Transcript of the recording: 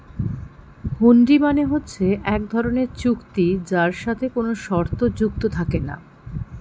হুন্ডি মানে হচ্ছে এক ধরনের চুক্তি যার সাথে কোনো শর্ত যুক্ত থাকে না